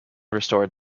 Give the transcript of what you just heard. restored